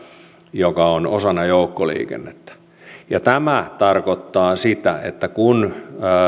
joka on osana joukkoliikennettä tämä tarkoittaa kun